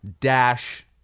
dash